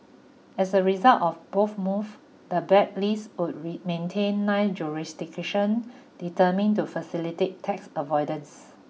as a result of both move the blacklist would maintain nine jurisdictions determine to facilitate tax avoidance